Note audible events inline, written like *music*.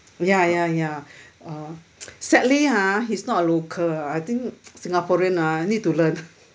ya ya ya uh *noise* sadly ah he's not a local ah I think singaporean lah need to learn